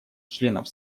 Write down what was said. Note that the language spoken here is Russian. членов